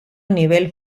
nivel